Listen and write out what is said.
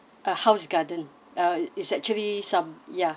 uh house garden uh it's actually some ya